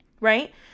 right